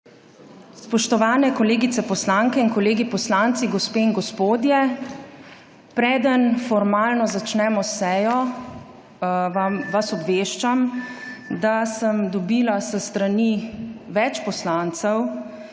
Spoštovane kolegice poslanke in kolegi poslanci, gospe in gospodje! Preden formalno začnemo sejo, vas obveščam, da sem dobila s strani več poslancev